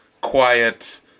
quiet